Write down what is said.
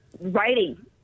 writing